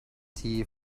tea